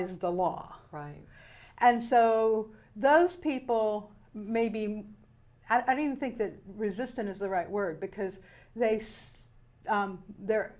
is the law right and so those people maybe i don't think that resistant is the right word because they say they're